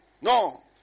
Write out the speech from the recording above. No